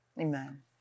Amen